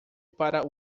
para